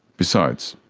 besides,